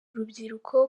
urubyiruko